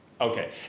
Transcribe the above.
Okay